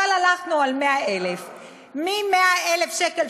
אבל הלכנו על 100,000. מ-100,000 שקל,